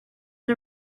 and